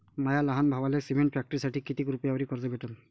माया लहान भावाले सिमेंट फॅक्टरीसाठी कितीक रुपयावरी कर्ज भेटनं?